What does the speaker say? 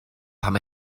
pam